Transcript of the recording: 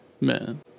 Man